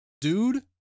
dude